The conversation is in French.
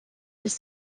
ils